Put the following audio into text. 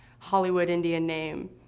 hollywood indian name,